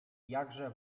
jakże